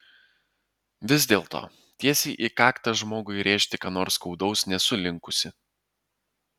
vis dėlto tiesiai į kaktą žmogui rėžti ką nors skaudaus nesu linkusi